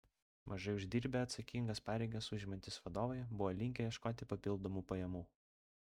mažai uždirbę atsakingas pareigas užimantys vadovai buvo linkę ieškoti papildomų pajamų